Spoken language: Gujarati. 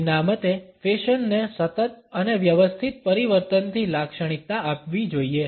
તેમના મતે ફેશનને સતત અને વ્યવસ્થિત પરિવર્તનથી લાક્ષણિકતા આપવી જોઈએ